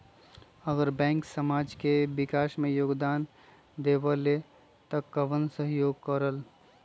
अगर बैंक समाज के विकास मे योगदान देबले त कबन सहयोग करल?